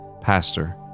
pastor